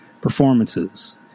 performances